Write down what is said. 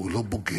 הוא לא בוגד,